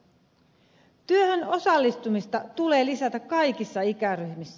työhön osallistumista tulee lisätä kaikissa ikäryhmissä